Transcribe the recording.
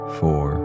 four